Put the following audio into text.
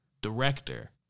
director